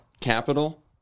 capital